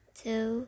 two